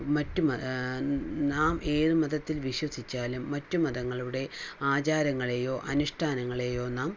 മറ്റു മത നാം ഏതു മതത്തിൽ വിശ്വസിച്ചാലും മറ്റു മതങ്ങളുടെ ആചാരങ്ങളെയോ അനുഷ്ഠാനങ്ങളെയോ നാം